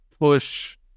push